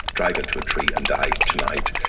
drive into a tree and die tonight,